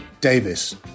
Davis